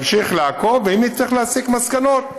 נמשיך לעקוב, ואם נצטרך להסיק מסקנות,